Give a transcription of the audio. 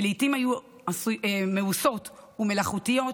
שלעיתים היו מעושות ומלאכותיות,